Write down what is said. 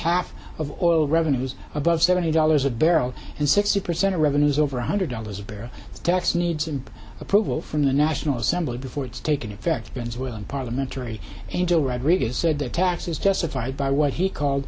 half of oil revenues above seventy dollars a barrel and sixty percent of revenues over one hundred dollars a barrel tax needs and approval from the national assembly before it's taken effect venezuelan parliamentary angel rodriguez said the tax is justified by what he called